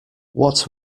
what